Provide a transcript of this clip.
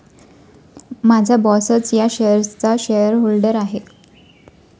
माझा बॉसच या शेअर्सचा शेअरहोल्डर आहे